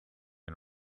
and